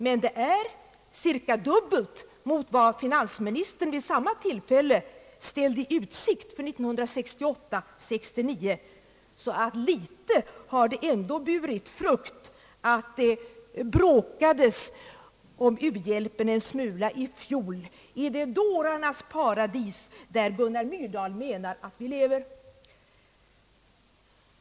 Men det är cirka dubbelt mot vad finansministern vid samma tillfälle ställde i utsikt för 1968/69, så att lite har det ändå burit frukt att det bråkades om u-hjälpen i fjol i det »dårarnas paradis» där Gunnar Myrdal menar att vi lever.